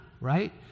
right